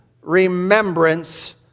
remembrance